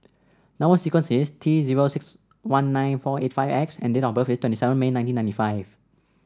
number sequence is T zero six one nine four eight five X and date of birth is twenty seven May nineteen ninety five